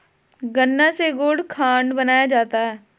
गन्ना से गुड़ खांड बनाया जाता है